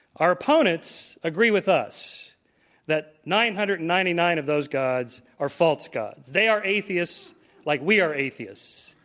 our opponents agree with us that nine hundred and ninety nine of those gods are false gods. they are atheists like we are atheists.